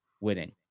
winning